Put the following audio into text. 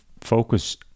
focus